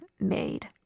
made